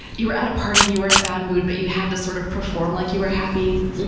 you were at a party and you were in a bad mood, but you had to sort of perform like you were happy.